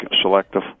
selective